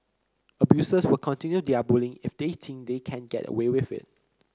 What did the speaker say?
abusers will continue their bullying if they think they can get away with it